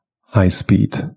high-speed